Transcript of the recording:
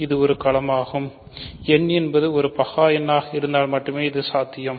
இது ஒரு களமாகும் n என்பது ஒரு பகா எண்ணாக இருந்தால் மட்டுமே இது சாத்தியம்